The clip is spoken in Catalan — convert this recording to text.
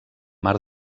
mar